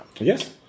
Yes